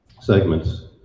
segments